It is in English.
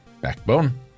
Backbone